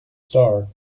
star